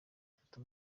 ngafata